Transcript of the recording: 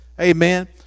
amen